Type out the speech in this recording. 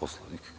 Poslovnik,